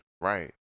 right